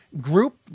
group